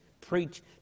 preach